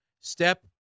step